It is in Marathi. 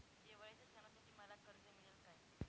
दिवाळीच्या सणासाठी मला कर्ज मिळेल काय?